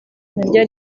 naryo